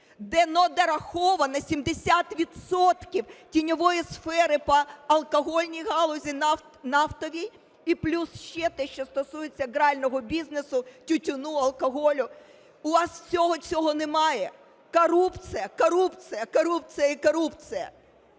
де недораховано 70 відсотків тіньової сфери по алкогольній галузі, нафтовій і плюс ще те, що стосується грального бізнесу, тютюну, алкоголю. У вас всього цього немає? Корупція, корупція, корупція і корупція.